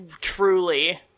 truly